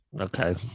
okay